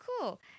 cool